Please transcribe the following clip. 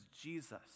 Jesus